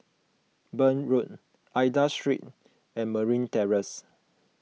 Burn Road Aida Street and Marine Terrace